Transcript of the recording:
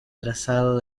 trazado